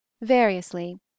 variously